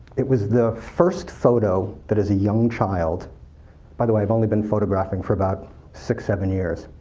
it was the first photo that, as a young child by the way i've only been photographing for about six, seven years,